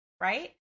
right